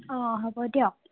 অঁ হ'ব দিয়ক